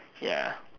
ya